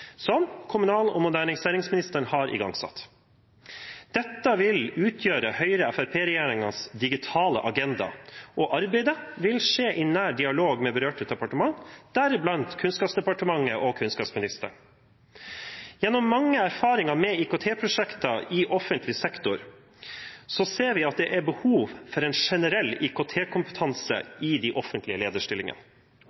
som kommunal- og moderniseringsministeren har igangsatt. Dette vil utgjøre Høyre–Fremskrittsparti-regjeringens digitale agenda, og arbeidet vil skje i nær dialog med berørte departementer, deriblant Kunnskapsdepartementet, og kunnskapsministeren. Gjennom mange erfaringer med IKT-prosjekter i offentlig sektor ser vi at det er behov for en generell IKT-kompetanse i de offentlige lederstillingene.